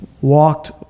walked